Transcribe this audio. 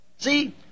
See